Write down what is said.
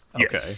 Okay